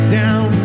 down